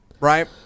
Right